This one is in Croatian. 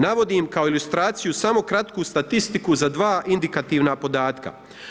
Navodim kao ilustraciju, samo kratku statistiku za 2 indikativna podatka.